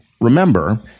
Remember